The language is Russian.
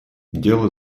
дело